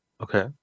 Okay